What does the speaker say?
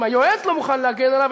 אם היועץ לא מוכן להגן עליו,